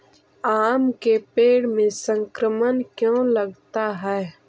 आम के पेड़ में संक्रमण क्यों लगता है?